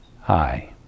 Hi